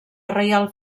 reial